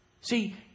See